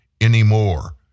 anymore